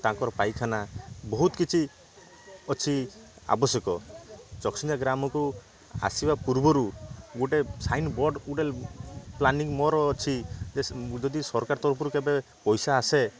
ତାଙ୍କର ପାଇଖାନା ବହୁତ କିଛି ଅଛି ଆବଶ୍ୟକ ଚକସିନ୍ଦିଆ ଗ୍ରାମକୁ ଆସିବା ପୂର୍ବରୁ ଗୁଟେ ସାଇନ୍ ବୋର୍ଡ଼ ଗୁଟେ ପ୍ଲାନିଂ ମୋର ଅଛି ଯେ ଯଦି ସରକାର ତରଫରୁ କେବେ ପଇସା ଆସେ